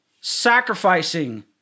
sacrificing